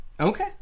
Okay